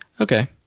Okay